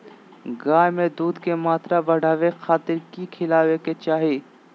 गाय में दूध के मात्रा बढ़ावे खातिर कि खिलावे के चाही?